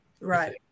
right